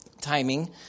timing